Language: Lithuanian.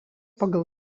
pagal